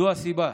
זו הסיבה